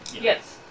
yes